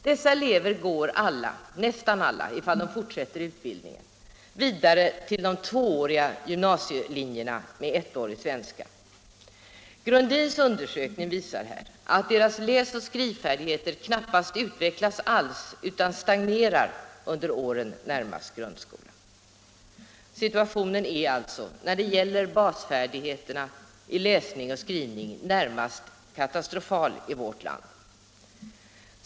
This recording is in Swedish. Dessa elever går nästan alla — i de fall de fortsätter utbildningen — vidare till de tvååriga gymnasielinjerna med ettårig svenska. Grundins undersökning visar här att deras läsoch skrivfärdigheter knappast utvecklats alls utan stagnerar under åren närmast efter grundskolan. När det gäller basfärdigheterna i läsning och skrivning är situationen i vårt land alltså närmast katastrofal.